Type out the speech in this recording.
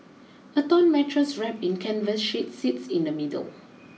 a torn mattress wrapped in canvas sheets sits in the middle